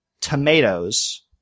tomatoes